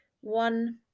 one